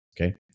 Okay